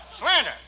Slander